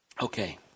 Okay